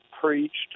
preached